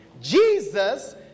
Jesus